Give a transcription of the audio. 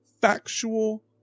factual